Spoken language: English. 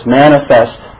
manifest